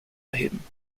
erheben